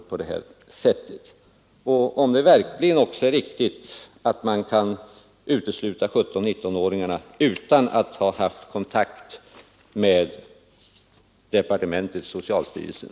Är det vidare riktigt att man kan utesluta 17—19-åringarna utan att ha haft kontakt med departementet och socialstyrelsen?